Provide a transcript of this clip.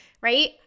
Right